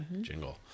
jingle